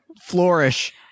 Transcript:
flourish